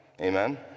amen